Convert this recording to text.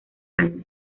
años